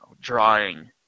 drawing